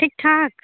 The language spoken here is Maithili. ठीक ठाक